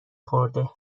خورده